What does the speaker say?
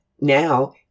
now